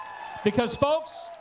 because folks,